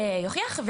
שיוכיח,